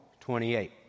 28